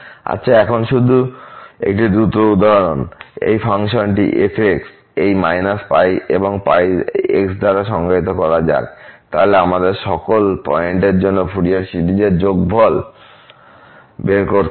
আচ্ছা এখন শুধু একটি দ্রুত উদাহরণ এই ফাংশনটি f এই π এবং x দ্বারা সংজ্ঞায়িত করা যাক তাহলে আমাদের সকল পয়েন্টের জন্য ফুরিয়ার সিরিজের যোগফল বের করতে হবে